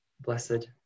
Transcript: blessed